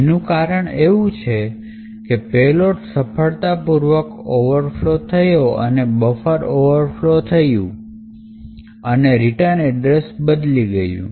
એનું કારણ એવું છે કે payload સફળાપૂર્વક ઓવરફ્લો થયો અને બફર ઓવરફ્લો થયું અને રિટર્ન એડ્રેસ બદલી ગયું